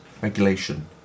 Regulation